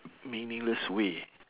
meaningless way